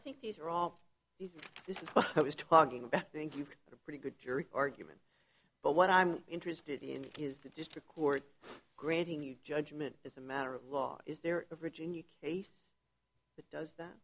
think these are all this is what i was talking about think you've got a pretty good jury argument but what i'm interested in is the district court granting your judgment as a matter of law is there a virginia case that does that